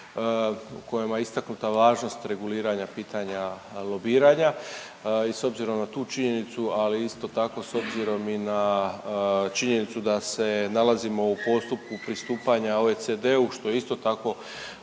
u kojima je istaknuta važnost reguliranja pitanja lobiranja i s obzirom na tu činjenicu ali isto tako s obzirom i na činjenicu da se nalazimo u postupku pristupanja OECD-u što je isto tako